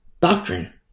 doctrine